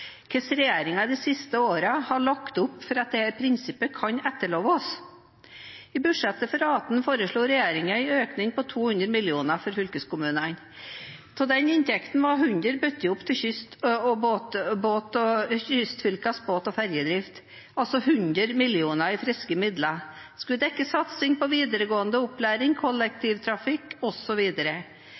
Hvordan har regjeringen de siste årene lagt opp til at dette prinsippet kan etterleves? I budsjettet for 2018 foreslo regjeringen en økning på 200 mill. kr til fylkeskommunene. Av den inntekten var 100 mill. kr bundet opp til kystfylkenes båt- og ferjedrift. Altså skulle 100 mill. kr i friske midler dekke satsing på videregående opplæring, kollektivtrafikk